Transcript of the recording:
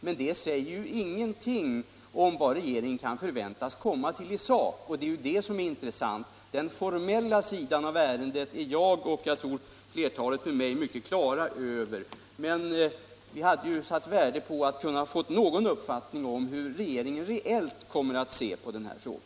Men det säger ju ingenting om vilket resultat regeringen kan väntas komma fram till i sak, och det är det som är intressant. Den formella sidan av ärendena är jag och flertalet med mig helt på det klara med, men vi hade satt värde på att få någon uppfattning om hur regeringen reellt kommer att se på denna fråga.